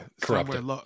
corrupted